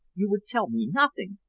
you would tell me nothing,